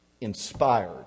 inspired